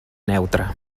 neutre